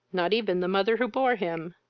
not even the mother who bore him.